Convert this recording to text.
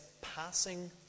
passing